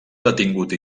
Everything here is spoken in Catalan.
detingut